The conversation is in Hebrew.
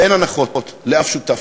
ואין הנחות לאף שותף.